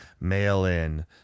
mail-in